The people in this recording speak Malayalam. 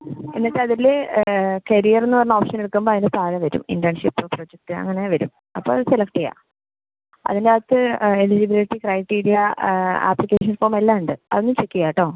എന്നിട്ട് അതില് കരിയർ എന്ന് പറഞ്ഞ ഓപ്ഷൻ എടുക്കുമ്പോ അതിൻ്റെ താഴെ വരും ഇന്റേൺഷിപ് പ്രൊജക്റ്റ് അങ്ങനെ വരും അപ്പോൾ അത് സെലക്ട് ചെയ്യാം അതിനകത്ത് എലിജിബിലിറ്റി ക്രൈറ്റീരിയ അപ്ലിക്കേഷൻ ഫോമ് എല്ലാമുണ്ട് അതും ചെക്ക് ചെയ്യാട്ടോ